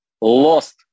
lost